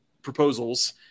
Proposals